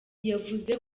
yavuze